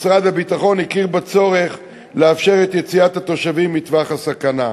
משרד הביטחון הכיר בצורך לאפשר את יציאת התושבים מטווח הסכנה.